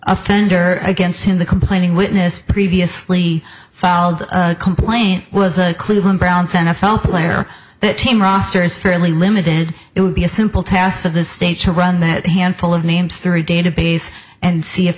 offender against him the complaining witness previously filed a complaint was a cleveland browns n f l player that team roster is fairly limited it would be a simple task for the state to run that handful of names three database and see if